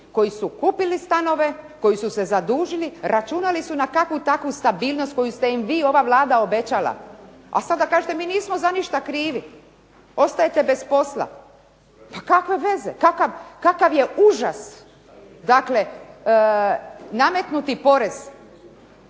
koji su kupili stanove, koji su se zadužili, računali ste na kakvu takvu stabilnost koju ste im vi i ova Vlada obećala, a sada kažete, mi nismo za ništa krivi. Ostajete bez posla. Pa kakve veze, kakav je užas nametnuti porez